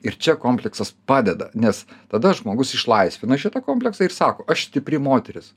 ir čia komplektas padeda nes tada žmogus išlaisvino šitą kompleksą ir sako aš stipri moteris